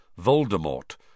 Voldemort